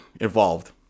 involved